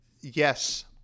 yes